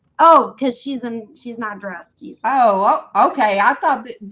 oh because she's an she's not dressed key. oh, okay. i thought